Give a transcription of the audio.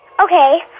Okay